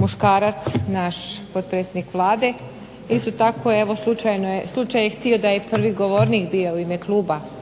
muškarac, naš potpredsjednik Vlade, evo slučaj je bio da je prvi govornik bio u ime Kluba